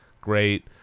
great